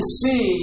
see